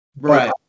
Right